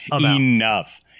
enough